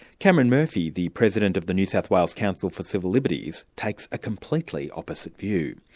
cameron murphy, the president of the new south wales council for civil liberties takes a completely opposite view.